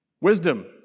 Wisdom